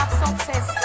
success